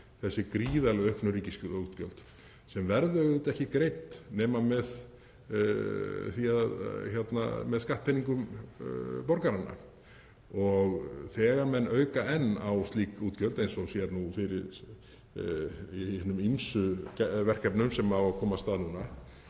þessi gríðarlegu auknu ríkisútgjöld, sem verða auðvitað ekki greidd nema með skattpeningum borgaranna. Þegar menn auka enn á slík útgjöld, eins og sér fyrir í hinum ýmsu verkefnum sem á að koma af stað núna,